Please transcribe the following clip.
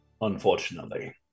unfortunately